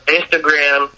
Instagram